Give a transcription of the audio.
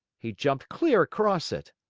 he jumped clear across it.